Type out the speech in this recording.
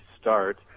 start